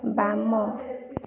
ବାମ